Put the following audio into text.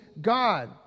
God